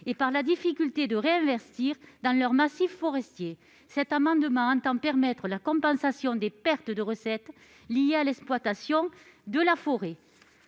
et par la difficulté de réinvestir dans leurs massifs forestiers. Cet amendement vise à permettre la compensation des pertes de recettes liées à l'exploitation de la forêt.